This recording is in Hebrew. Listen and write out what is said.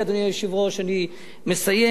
אני מסיים,